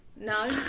no